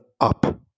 up